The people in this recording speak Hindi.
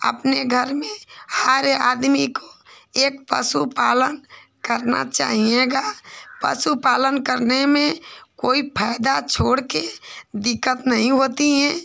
अपने घर में हर आदमी को एक पशु पालन करना चाहिएगा पशु पालन करने में कोई फ़ायदा छोड़कर दिक्कत नहीं होती हैं